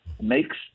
makes